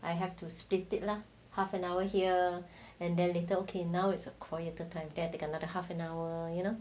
I have to split it lah half an hour here and then later okay now it's a quieter time there take another half an hour you know